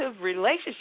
relationship